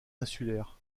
insulaires